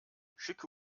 schicke